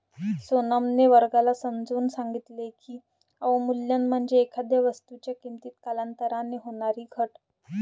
सोनमने वर्गाला समजावून सांगितले की, अवमूल्यन म्हणजे एखाद्या वस्तूच्या किमतीत कालांतराने होणारी घट